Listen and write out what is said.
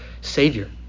Savior